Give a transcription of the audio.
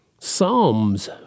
psalms